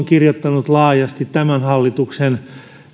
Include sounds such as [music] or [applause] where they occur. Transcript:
[unintelligible] kirjoittaneet laajasti tämän hallituksen